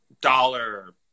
dollar